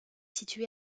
situé